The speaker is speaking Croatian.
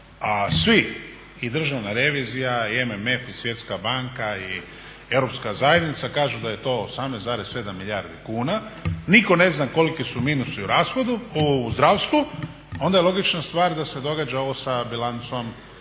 svi i Državna revizija i MMF i Svjetska banka i Europska zajednica kažu da je to 18,7 milijardi kuna nitko ne zna koliki su minusi u zdravstvu i onda je logična stvar da se događa ovo sa bilancom